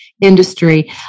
industry